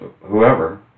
whoever